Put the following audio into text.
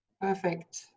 Perfect